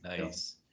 Nice